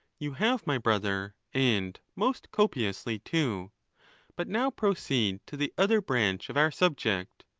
you have, my brother, and most copiously too but now proceed to the other branch of our subject.